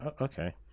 okay